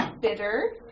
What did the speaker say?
bitter